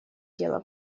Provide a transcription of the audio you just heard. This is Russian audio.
дело